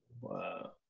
Wow